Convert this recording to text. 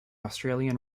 australian